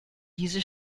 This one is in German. diese